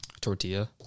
tortilla